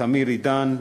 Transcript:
תמיר עידן,